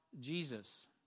Jesus